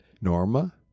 Norma